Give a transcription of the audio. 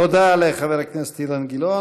תודה לחבר הכנסת אילן גילאון.